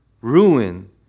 ruin